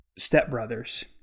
stepbrothers